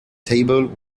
table